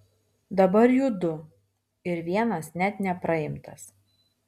dabar jų du ir vienas net nepraimtas